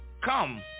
Come